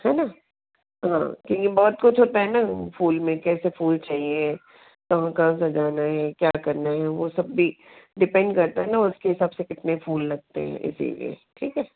है ना हाँ तो यह बहुत कुछ होता है न फूल में कैसे फूल चाहिए कहाँ कहाँ सजाना है क्या करना है वो सब भी डिपेंड करता है न उसके हिसाब से कितने फूल लगेंगे इसीलिए ठीक है